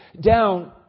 down